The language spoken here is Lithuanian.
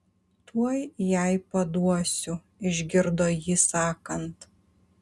tuoj jai paduosiu išgirdo jį sakant